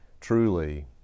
truly